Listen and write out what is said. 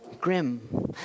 grim